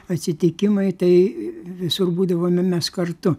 atsitikimai tai visur būdavome mes kartu